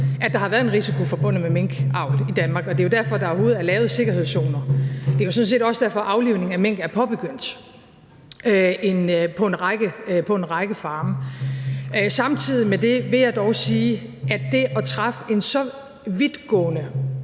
at der har været en risiko forbundet med minkavl i Danmark, og det er jo derfor, at der overhovedet er lavet sikkerhedszoner. Det er sådan set også derfor, at aflivning af mink er påbegyndt på en række farme. Samtidig med det vil jeg dog sige, at det at træffe en så vidtgående,